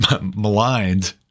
maligned